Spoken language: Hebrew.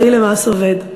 ויהי למס עֹבד".